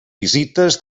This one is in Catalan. visites